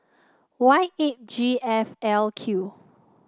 Y eight G F L Q